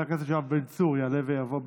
חבר הכנסת יואב בן צור יעלה ויבוא.